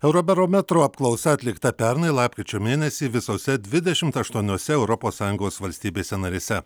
eurobarometro apklausa atlikta pernai lapkričio mėnesį visose dvidešimt aštuoniose europos sąjungos valstybėse narėse